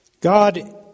God